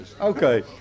Okay